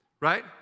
right